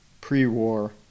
pre-war